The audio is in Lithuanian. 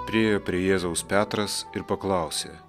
priėjo prie jėzaus petras ir paklausė